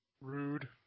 Rude